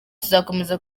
tuzakomeza